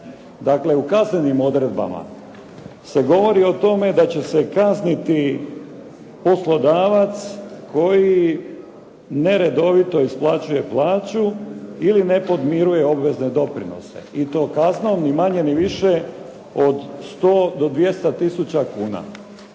Dakle, u kaznenim odredbama se govori o tome da će se kazniti poslodavac koji neredovito isplaćuje plaću ili ne podmiruje obvezne doprinose i to kaznom, ni manje ni više, od 100 do 200 tisuća kuna.